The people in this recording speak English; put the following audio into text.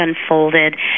unfolded